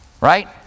right